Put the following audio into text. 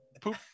poop